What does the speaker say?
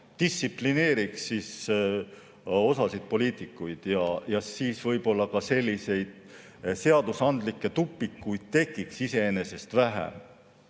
distsiplineeriks osa poliitikuid ja siis võib-olla ka selliseid seadusandlikke tupikuid tekiks iseenesest vähem. Ja